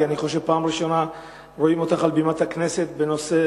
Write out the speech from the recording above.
כי אני חושב שפעם ראשונה רואים אותך על בימת הכנסת בסיכום של